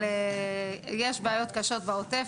אבל יש בעיות קשות בעוטף,